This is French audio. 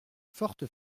forte